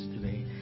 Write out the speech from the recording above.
today